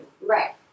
Right